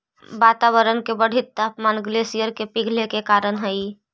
वातावरण के बढ़ित तापमान ग्लेशियर के पिघले के कारण हई